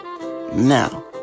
Now